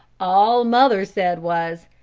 all mother said was,